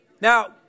Now